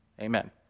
Amen